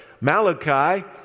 Malachi